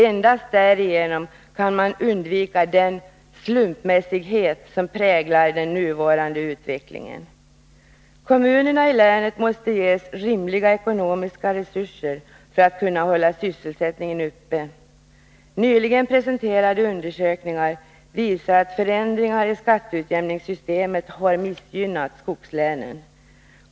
Endast därigenom kan man undvika den slumpmässighet som präglar den nuvarande utvecklingen. Kommunerna i länet måste ges rimliga ekonomiska resurser för att kunna hålla sysselsättningen uppe. Nyligen presenterade undersökningar visar att förändringar i skatteutjämningssystemet har missgynnat skogslänen.